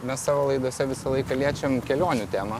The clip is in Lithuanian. mes savo laidose visą laiką liečiam kelionių temą